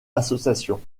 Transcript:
associations